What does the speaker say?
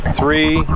three